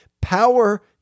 Power